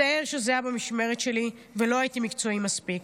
מצטער שזה היה במשמרת שלי ולא הייתי מקצועי מספיק,